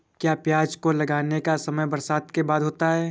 क्या प्याज को लगाने का समय बरसात के बाद होता है?